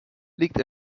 liegt